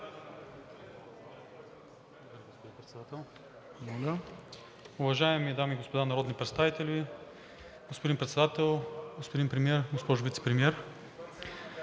Уважаеми дами и господа народни представители, господин Председател, господин Премиер, госпожо Вицепремиер!